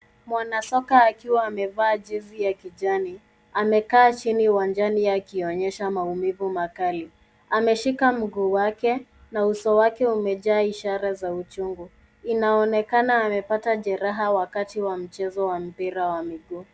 Mwanasoka akiwa amevaa jezi ya kijani amekaa chini uwanjani akionyesha maumivu makali. Ameshika mguu wake na uso wake umejaa ishara za uchungu. Inaonekana amepata jeraha wakati wa mchezo wa mpira wa miguu.